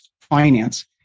finance